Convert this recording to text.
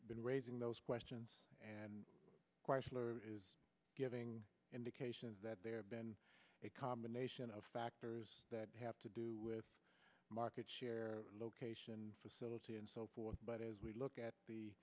been raising those questions and chrysler is giving indications that there have been a combination of factors that have to do with market share location facility and so forth but as we look at the